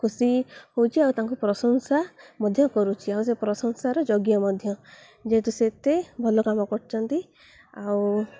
ଖୁସି ହେଉଛି ଆଉ ତାଙ୍କୁ ପ୍ରଶଂସା ମଧ୍ୟ କରୁଛି ଆଉ ସେ ପ୍ରଶଂସାର ଯୋଗ୍ୟ ମଧ୍ୟ ଯେହେତୁ ସେତେ ଭଲ କାମ କରଛନ୍ତି ଆଉ